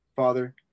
Father